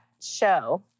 show